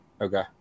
Okay